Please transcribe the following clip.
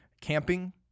camping